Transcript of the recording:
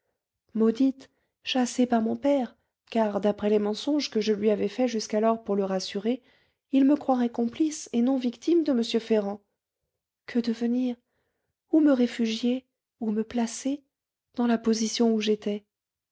maudite chassée par mon père car d'après les mensonges que je lui avais faits jusqu'alors pour le rassurer il me croirait complice et non victime de m ferrand que devenir où me réfugier où me placer dans la position où j'étais